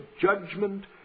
judgment